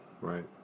right